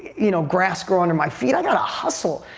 you know, grass grow under my feet. i've got to hustle.